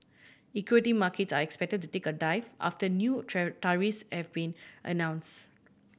equity markets are expected to take a dive after new tariffs have been announce